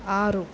ಆರು